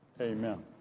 amen